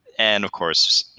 and of course,